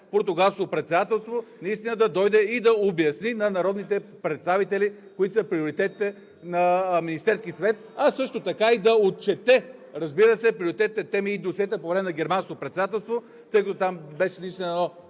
Португалското председателство, наистина да дойде и да обясни на народните представители кои са приоритетите на Министерския съвет, а също така и да отчете, разбира се, приоритетните теми и досиета по време на Германското председателство. Тъй като там беше наистина едно